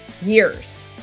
years